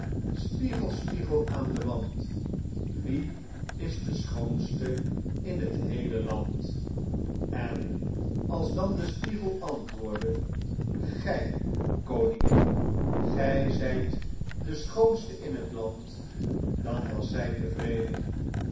spiegel spiegel aan den wand wie is de schoonste in t heele land j j a goeverneur oude sprookjes en als dan de spiegel antwoordde gij koningin gij zijt de schoonste in t land dan was zij tevreden